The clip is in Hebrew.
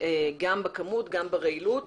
גם בכמות וגם ברעילות,